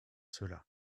cela